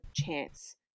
chance